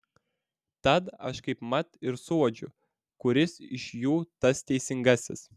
tad aš kaipmat ir suuodžiu kuris iš jų tas teisingasis